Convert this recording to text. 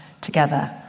together